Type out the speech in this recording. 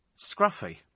scruffy